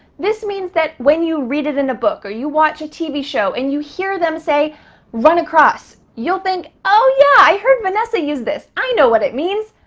this means that when you read it in a book or you watch a tv show and you hear them say run across, you'll think, oh yeah, i heard vanessa use this. i know what it means.